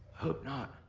hope not.